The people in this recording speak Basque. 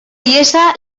ihesa